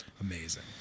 amazing